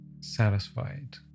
satisfied